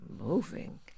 moving